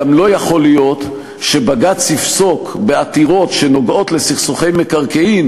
גם לא יכול להיות שבג"ץ יפסוק בעתירות שנוגעות לסכסוכי מקרקעין